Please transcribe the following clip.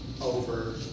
over